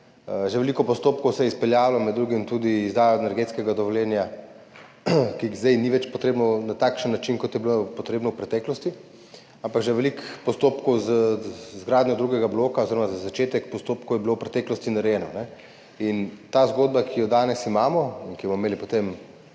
Veliko postopkov se je že izpeljalo, med drugim tudi izdaja energetskega dovoljenja, ki zdaj ni več potrebno na takšen način, kot je bilo potrebno v preteklosti, ampak že veliko postopkov za izgradnjo drugega bloka oziroma za začetek postopkov je bilo v preteklosti narejenih. Ta zgodba, ki jo imamo danes in ki jo bomo imeli potem